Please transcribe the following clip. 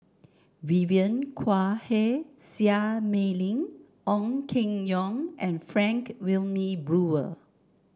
Vivien Quahe Seah Mei Lin Ong Keng Yong and Frank Wilmin Brewer